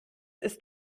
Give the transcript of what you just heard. ist